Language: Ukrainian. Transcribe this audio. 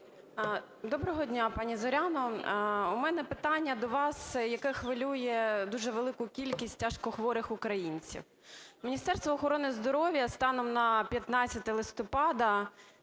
Доброго дня, пані Зоряно! У мене питання до вас, яке хвилює дуже велику кількість тяжкохворих українців. Міністерство охорони здоров'я станом на 15 листопада